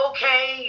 Okay